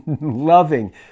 loving